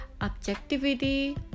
objectivity